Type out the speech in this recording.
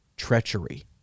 Treachery